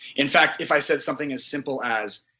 in fact if i said something as simple as,